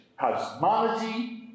cosmology